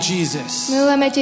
Jesus